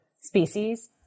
species